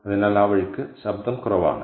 അതിനാൽ ആ വഴിക്ക് ശബ്ദം കുറവാണ്